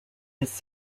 his